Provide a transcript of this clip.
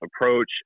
approach